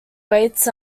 weights